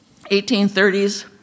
1830s